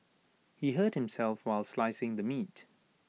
he hurt himself while slicing the meat